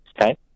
Okay